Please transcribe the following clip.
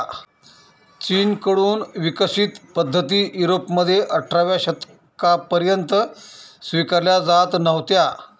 चीन कडून विकसित पद्धती युरोपमध्ये अठराव्या शतकापर्यंत स्वीकारल्या जात नव्हत्या